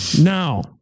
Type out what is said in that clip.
now